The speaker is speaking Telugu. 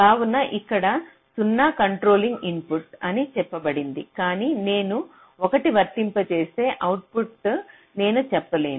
కావున ఇక్కడ 0 కంట్రోలింగ్ ఇన్పుట్ అని చెప్పబడింది కాని నేను 1 వర్తింపజేస్తే అవుట్పుట్ నేను చెప్పలేను